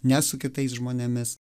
ne su kitais žmonėmis